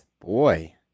Boy